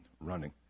running